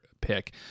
pick